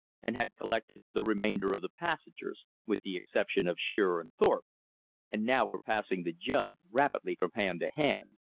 and had collected the remainder of the passengers with the exception of shearer and thorpe and now were passing the jug rapidly from hand to hand.